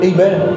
Amen